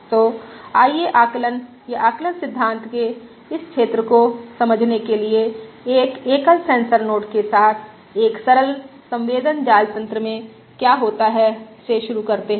तो आइए आकलन या आकलन सिद्धांत के इस क्षेत्र को समझने के लिए एक एकल सेंसर नोड के साथ एक सरल संवेदन जाल तन्त्र में क्या होता है से शुरू करते हैं